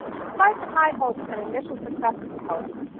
despite the high hopes and initial successes, however,